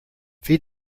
feed